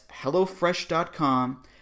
HelloFresh.com